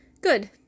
Good